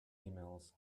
emails